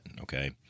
okay